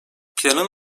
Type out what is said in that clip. planın